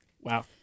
Wow